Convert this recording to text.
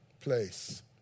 place